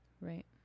Right